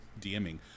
DMing